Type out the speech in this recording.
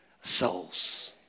souls